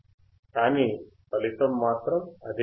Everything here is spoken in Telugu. కానీ ఫలితం మాత్రం అదే ఉంటుంది